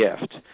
gift